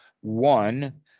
one